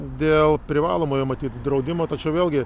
dėl privalomojo matyt draudimo tačiau vėlgi